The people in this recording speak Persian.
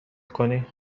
کنی